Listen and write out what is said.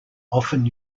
often